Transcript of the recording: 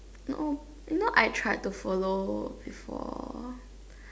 no you know I tried to follow before